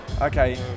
Okay